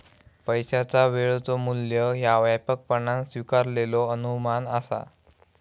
पैशाचा वेळेचो मू्ल्य ह्या व्यापकपणान स्वीकारलेलो अनुमान असा